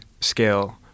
scale